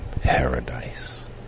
paradise